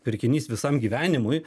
pirkinys visam gyvenimui